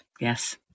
Yes